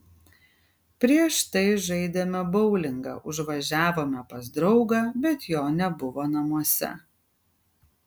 prieš tai žaidėme boulingą užvažiavome pas draugą bet jo nebuvo namuose